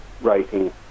writing